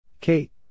Kate